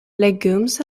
legumes